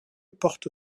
porte